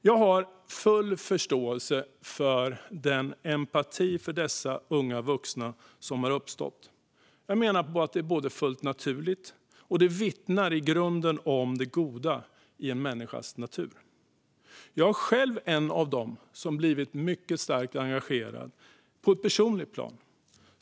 Jag har full förståelse för den empati för dessa unga vuxna som har uppstått. Jag menar att den är fullt naturlig och i grunden vittnar om det goda i en människas natur. Jag är själv en av dem som blivit mycket starkt engagerade på ett personligt plan.